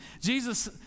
Jesus